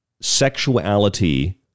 sexuality